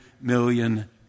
million